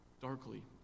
darkly